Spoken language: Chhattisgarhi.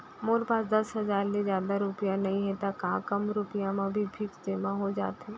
मोर पास दस हजार ले जादा रुपिया नइहे त का कम रुपिया म भी फिक्स जेमा हो जाथे?